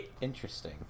Interesting